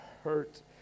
hurt